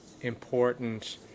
important